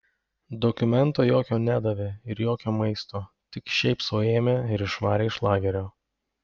dokumento jokio nedavė ir jokio maisto tik šiaip sau ėmė ir išvarė iš lagerio